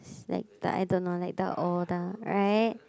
like the I don't know like the older right